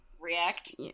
react